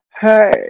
Hey